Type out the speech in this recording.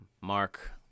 Mark